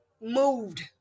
moved